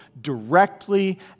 directly